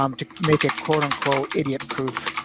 um to make it quote unquote idiot proof.